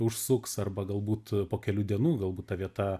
užsuks arba galbūt po kelių dienų galbūt ta vieta